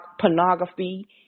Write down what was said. pornography